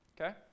okay